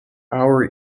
hour